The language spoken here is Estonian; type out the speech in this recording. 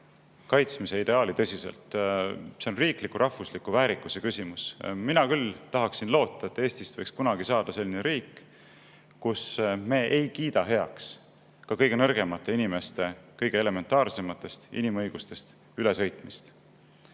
õigust elule. See on riigi, meie rahva väärikuse küsimus. Mina küll tahan loota, et Eestist võiks kunagi saada selline riik, kus me ei kiida heaks kõige nõrgemate inimeste kõige elementaarsemast inimõigusest ülesõitmist.